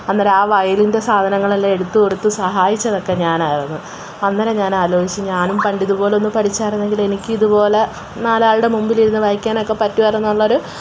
അന്നേരം ആ വയലിൻ്റെ സാധനങ്ങളെല്ലാം എടുത്തു കൊടുത്ത് സഹായിച്ചതൊക്കെ ഞാനായിരുന്നു അന്നേരം ഞാൻ ആലോചിച്ചു ഞാനും പണ്ട് ഇതുപോലെയൊന്ന് പഠിച്ചായിരുന്നെങ്കിൽ എനിക്കിത് പോലെ നാലാളുടെ മുമ്പിലിരുന്ന് വായിക്കാനൊക്കെ പറ്റുമായിരുന്നല്ലോ എന്നൊരു